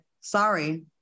sorry